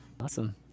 Awesome